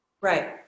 right